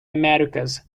americas